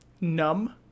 numb